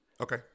Okay